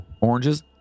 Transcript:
oranges